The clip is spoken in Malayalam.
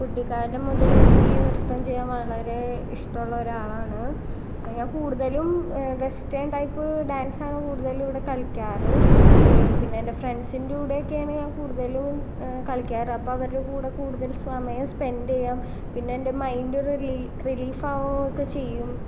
കുട്ടിക്കാലം മുതലെനിക്ക് നൃത്തം ചെയ്യാൻ വളരെ ഇഷ്ടമുള്ള ഒരാളാണ് ഞാൻ കൂടുതലും വെസ്റ്റേൺ ടൈപ്പ് ഡാൻസാണ് കൂടുതലും ഇവിടെ കളിക്കാറ് പിന്നെ ഫ്രണ്ട്സിൻ്റെ കൂടെയൊക്കെയാണ് ഞാൻ കൂടുതലും കളിക്കാറ് അപ്പോൾ അവരുടെ കൂടെ കൂടുതലും സമയം സ്പെൻഡ് ചെയ്യാം പിന്നെ എൻ്റെ മൈൻഡ് റിലി റിലീഫ് ആകുവൊക്കെ ചെയ്യും